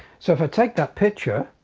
so if i take that picture